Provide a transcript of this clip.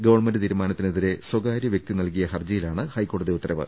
government തീരുമാനത്തിനെതിരെ സ്ഥകാര്യ വൃക്തി നൽകിയഹർജിയിലാണ് ഹൈക്കോടതി ഉത്തരവ്